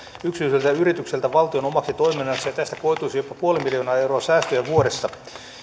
yksityiseltä yritykseltä valtion omaksi toiminnaksi ja tästä koituisi jopa puoli miljoonaa euroa säästöjä vuodessa